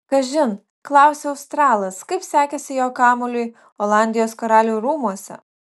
kažin klausia australas kaip sekėsi jo kamuoliui olandijos karalių rūmuose